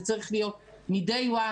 זה צריך להיות מ-day one.